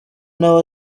nawe